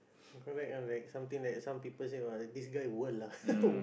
correct correct something like some people say what this guy world lah